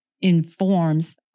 informs